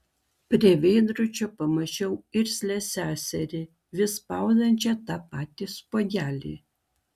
prie veidrodžio pamačiau irzlią seserį vis spaudančią tą patį spuogelį